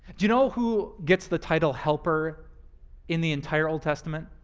you know who gets the title helper in the entire old testament?